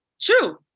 True